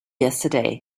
yesterday